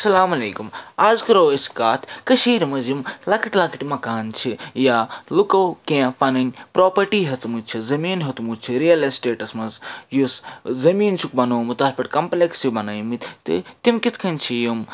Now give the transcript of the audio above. اَسَلامُ علیکُم اَز کَرو أسۍ کَتھ کٔشیٖرِ منٛز یِم لۅکٕٹۍ لۅکٕٹۍ مکان چھِ یا لُکو کیٚنٛہہ پَنٕنۍ پرٛاپَرٹی ہیٚژمٕژ چھِ زٔمیٖن ہیوٚتمُت چھُ رِیَل اسٹیٹَس منٛز یُس زٔمیٖن چھُکھ بَنوومُت تتھ پٮ۪ٹھ کَمپلیکٕس چھِ بَنٲومٕتۍ تہٕ تِم کِتھٕ کٔنۍ چھِ یِم